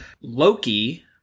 Loki